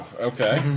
Okay